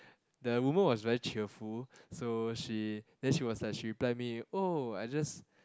the woman was very cheerful so she then she was like she replied me oh I just